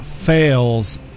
fails